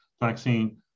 vaccine